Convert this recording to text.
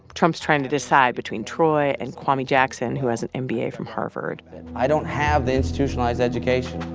trump's trying to decide between troy and kwame jackson, who has an an mba from harvard i don't have the institutionalized education.